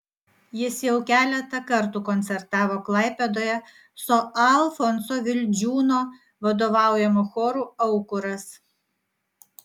jis jau keletą kartų koncertavo klaipėdoje su alfonso vildžiūno vadovaujamu choru aukuras